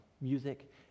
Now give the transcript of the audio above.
music